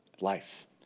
life